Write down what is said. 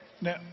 Now